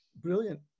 brilliant